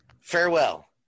Farewell